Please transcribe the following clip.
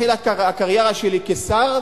מתחילת הקריירה שלי כשר,